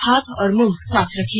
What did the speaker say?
हाथ और मुंह साफ रखें